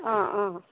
অঁ অঁ